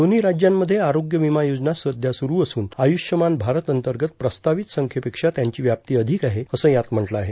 दोव्ही राज्यांमध्ये आरोग्य विमा योजना सध्या सुरू असून आयुष्यमान भारत अंतर्गत प्रस्तावित संख्येपेक्षा त्यांची व्याप्ती अधिक आहे असं यात म्हटलं आहे